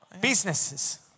Businesses